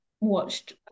watched